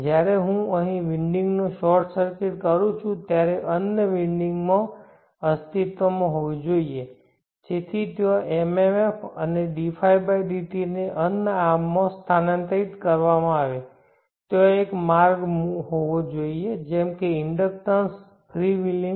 જ્યારે હું અહીં વિન્ડિંગને શોર્ટ સર્કિટ કરું છું ત્યારે અન્ય વિન્ડિંગ અસ્તિત્વમાં હોવી જોઈએ જેથી ત્યાં MMF અને dϕdt ને અન્ય આર્મ માં સ્થાનાંતરિત કરવામાં આવે ત્યાં એક માર્ગ હોવો જોઈએ જેમ કે ઇન્ડક્ટન્સ ફ્રી વ્હીલિંગ